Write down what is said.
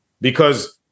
because-